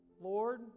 Lord